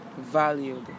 valued